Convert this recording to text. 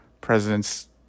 presidents